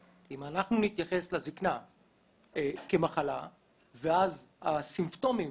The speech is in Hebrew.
אם אנחנו נתייחס לזקנה כמחלה ואז הסימפטומים